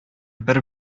бер